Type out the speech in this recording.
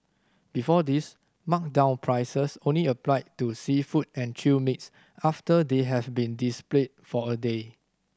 before this marked down prices only applied to seafood and chilled meats after they have been displayed for a day